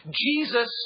Jesus